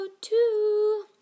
two